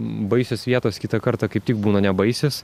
baisios vietos kitą kartą kaip tik būna nebaisios